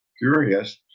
curious